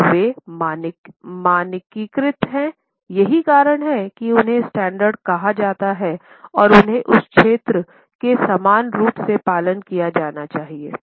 और वे मानकीकृत हैं यही कारण है कि उन्हें स्टैंडर्ड कहा जाता है और उन्हें उस क्षेत्र में समान रूप से पालन किया जाना चाहिए